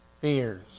Fears